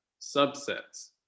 subsets